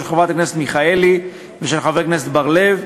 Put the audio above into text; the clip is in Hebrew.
של חברת הכנסת מיכאלי ושל חבר הכנסת בר-לב,